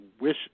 wish